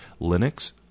Linux